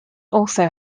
also